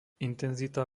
intenzita